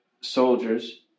soldiers